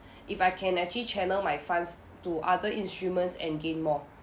if I can actually channel my funds to other instruments and gain more